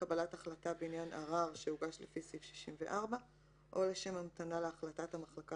קבלת החלטה בעניין ערר שהוגש לפי סעיף 64 או לשם המתנה להחלטת המחלקה